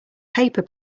paper